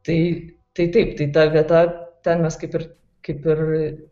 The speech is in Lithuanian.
tai tai taip tai ta vieta ten mes kaip ir kaip ir